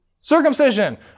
Circumcision